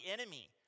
enemy